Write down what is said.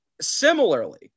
Similarly